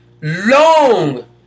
long